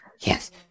Yes